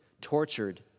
tortured